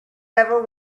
ever